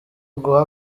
uguha